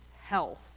health